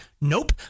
Nope